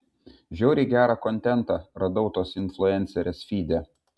žiauriai gerą kontentą radau tos influencerės fyde